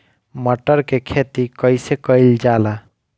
मटर के खेती कइसे कइल जाला?